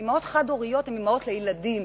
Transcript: כי מדובר באמהות לילדים,